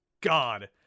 God